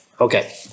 Okay